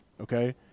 Okay